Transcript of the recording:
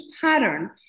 pattern